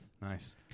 Nice